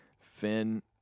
Finn